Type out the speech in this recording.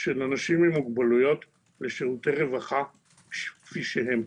של אנשים עם מוגבלויות ושירותי רווחה כפי שהם.